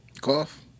Cough